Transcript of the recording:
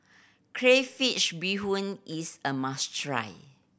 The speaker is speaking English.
crayfish beehoon is a must try